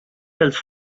dels